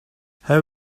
how